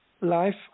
life